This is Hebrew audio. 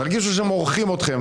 תרגישו שמורחים אתכם,